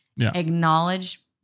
acknowledge